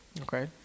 okay